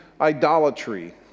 idolatry